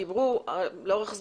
דיברו לאורך זמן,